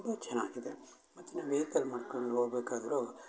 ತುಂಬ ಚೆನ್ನಾಗಿದೆ ಮತ್ತು ನಾ ವೇಕಲ್ ಮಾಡ್ಕೊಂಡು ಹೋಗ್ಬೇಕಾದ್ರೂ